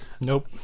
Nope